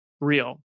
real